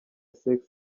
sex